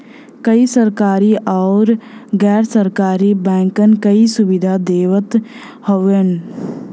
कई सरकरी आउर गैर सरकारी बैंकन कई सुविधा देवत हउवन